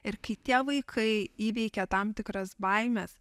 ir kai tie vaikai įveikia tam tikras baimes